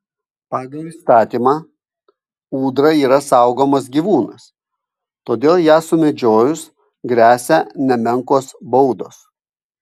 pagal įstatymą ūdra yra saugomas gyvūnas todėl ją sumedžiojus gresia nemenkos baudos